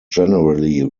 generally